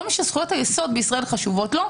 כל מי שזכויות היסוד בישראל חשובות לו,